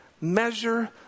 measure